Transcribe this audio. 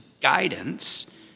guidance